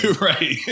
Right